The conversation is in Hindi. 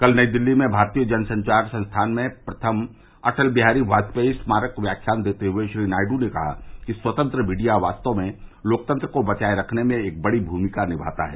कल नई दिल्ली में भारतीय जनसंचार संस्थान में प्रथम अटल बिहारी वाजपेयी स्मारक व्याख्यान देते हए श्री नायड् ने कहा कि स्वतंत्र मीडिया वास्तव में लोकतंत्र को बनाये रखने में एक बड़ी भूमिका निभाता है